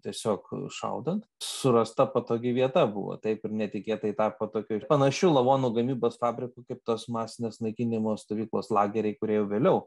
tiesiog šaudant surasta patogi vieta buvo taip ir netikėtai tapo tokiu panašiu lavonų gamybos fabriku kaip tos masinės naikinimo stovyklos lageriai kurie jau vėliau